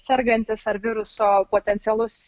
sergantis ar viruso potencialus